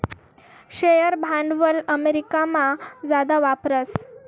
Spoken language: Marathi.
शेअर भांडवल अमेरिकामा जादा वापरतस